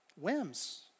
whims